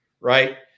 right